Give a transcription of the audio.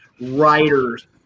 writers